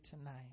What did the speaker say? tonight